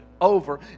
over